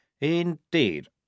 Indeed